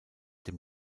dem